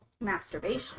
masturbation